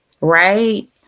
right